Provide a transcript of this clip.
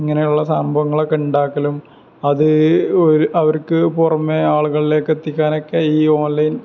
ഇങ്ങനെയുള്ള സംഭവങ്ങളൊക്കെ ഉണ്ടാക്കലും അത് അവർക്ക് പുറമേ ആളുകളിലേക്ക് എത്തിക്കാനൊക്കെ ഈ ഓൺലൈൻ